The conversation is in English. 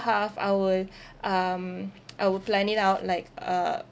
half I will um I will plan it out like uh